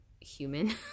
human